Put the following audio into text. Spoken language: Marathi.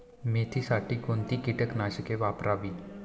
मेथीसाठी कोणती कीटकनाशके वापरावी?